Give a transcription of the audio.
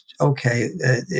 okay